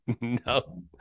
no